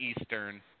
Eastern